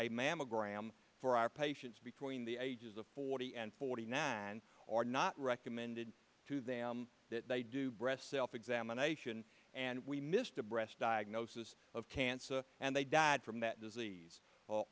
a mammogram for our patients between the ages of forty and forty nine or not recommended to them that they do breast self examination and we missed a breast diagnosis of cancer and they died from that disease